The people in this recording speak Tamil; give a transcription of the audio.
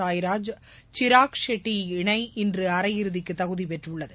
சாய்ராஜ் சிராக்ஷெட்டி இணை இன்று அரையிறுதிக்கு தகுதி பெற்றுள்ளது